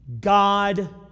God